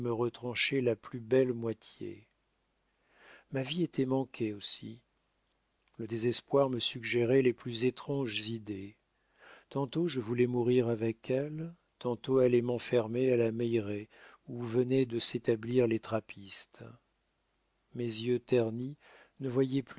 retrancher la plus belle moitié ma vie était manquée aussi le désespoir me suggérait les plus étranges idées tantôt je voulais mourir avec elle tantôt aller m'enfermer à la meilleraye où venaient de s'établir les trappistes mes yeux ternis ne voyaient